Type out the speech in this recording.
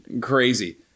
crazy